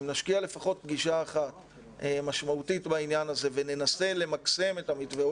שאם נשקיע לפחות פגישה אחת משמעותית בעניין הזה וננסה למקסם את המתווה,